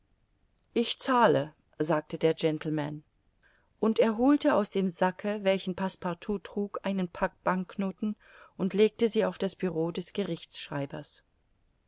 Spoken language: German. ich zahle sagte der gentleman und er holte aus dem sacke welchen passepartout trug einen pack banknoten und legte sie auf das bureau des